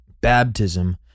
Baptism